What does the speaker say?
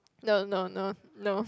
no no no no